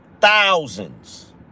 Thousands